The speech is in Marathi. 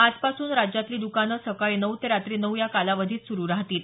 आजपासून राज्यातली दुकानं सकाळी नऊ ते रात्री नऊ या कालावधीत सुरु राहतील